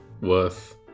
Worth